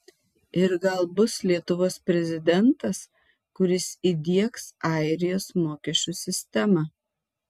ir gal bus lietuvos prezidentas kuris įdiegs airijos mokesčių sistemą